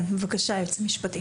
בבקשה, היועץ המשפטי.